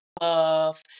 love